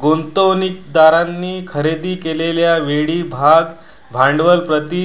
गुंतवणूकदारांनी खरेदी केलेल्या वेळी भाग भांडवल प्रति